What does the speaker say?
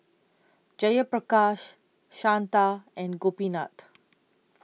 Jayaprakash Santha and Gopinath